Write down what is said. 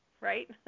right